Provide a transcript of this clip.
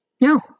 no